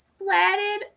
splatted